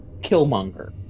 Killmonger